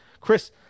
Chris